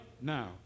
now